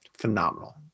Phenomenal